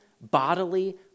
bodily